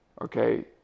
Okay